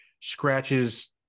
scratches